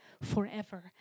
forever